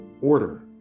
order